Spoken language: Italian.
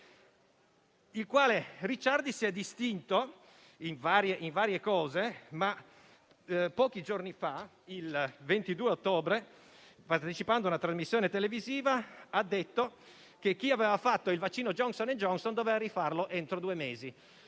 Lo stesso Ricciardi si è distinto per varie cose; in particolare pochi giorni fa, il 22 ottobre, partecipando a una trasmissione televisiva ha detto che chi aveva fatto il vaccino Johnson&Johnson doveva rifarlo entro due mesi.